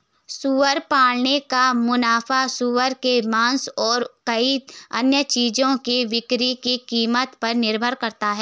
सुअर पालन का मुनाफा सूअर के मांस और कई अन्य चीजों की बिक्री की कीमत पर निर्भर करता है